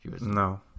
No